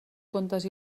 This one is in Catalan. contes